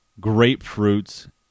grapefruits